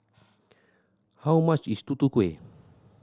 how much is Tutu Kueh